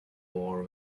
war